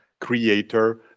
creator